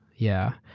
yeah.